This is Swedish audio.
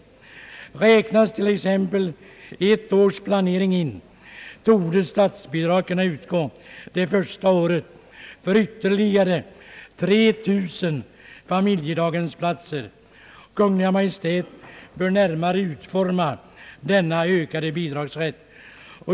Räknas t.ex. ett års planering in torde statsbidrag kunna utgå det första året för ytterligare 3 000 familjedaghemsplatser. Kungl. Maj:t bör närmare utforma denna ökade bidragsrätt.